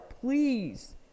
please